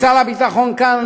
שר הביטחון כאן,